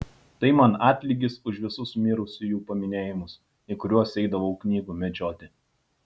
tai man atlygis už visus mirusiųjų paminėjimus į kuriuos eidavau knygų medžioti